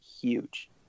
huge